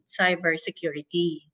cybersecurity